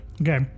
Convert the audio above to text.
Okay